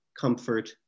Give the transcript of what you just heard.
comfort